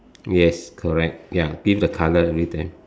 yes correct ya give the colour in red pen